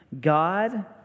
God